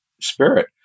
spirit